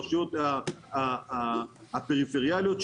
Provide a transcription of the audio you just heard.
לרשויות הפריפריאליות,